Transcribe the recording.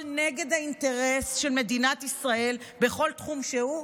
נגד האינטרס של מדינת ישראל בכל תחום שהוא?